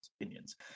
opinions